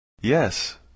Yes